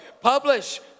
publish